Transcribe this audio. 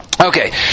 Okay